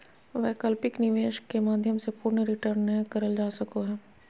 वैकल्पिक निवेश के माध्यम से पूर्ण रिटर्न नय करल जा सको हय